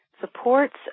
supports